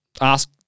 ask